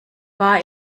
war